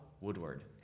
Woodward